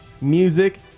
music